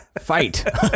Fight